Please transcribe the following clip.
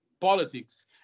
politics